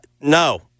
No